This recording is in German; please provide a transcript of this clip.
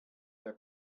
der